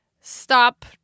stop